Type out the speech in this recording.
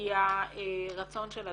היא הרצון של אדם.